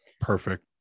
Perfect